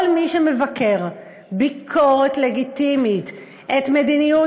כל מי שמבקר ביקורת לגיטימית את מדיניות